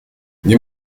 nie